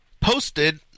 posted